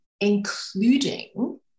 including